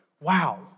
wow